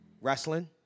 wrestling